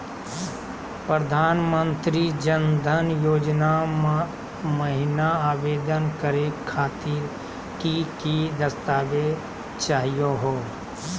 प्रधानमंत्री जन धन योजना महिना आवेदन करे खातीर कि कि दस्तावेज चाहीयो हो?